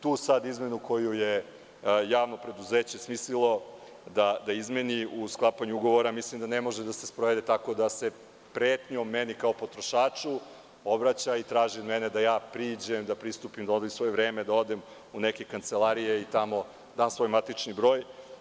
Tu izmenu koju je javno preduzeće smislilo da izmeni u sklapanju ugovora, mislim da ne može da se sprovede tako da se pretnjom meni kao potrošaču obraća i traži od mene da ja priđem, da pristupim, da odvojim svoje vreme da odem u neke kancelarije i tamo dam svoj matični broj.